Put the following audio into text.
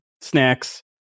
snacks